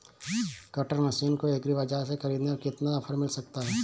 Cutter machine को agri बाजार से ख़रीदने पर कितना ऑफर मिल सकता है?